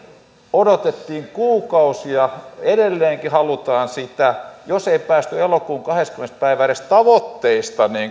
odotettiin kuukausia ja edelleenkin halutaan sitä jos ei päästy elokuun kahdeskymmenes päivä edes tavoitteista